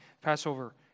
Passover